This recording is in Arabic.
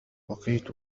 بقيت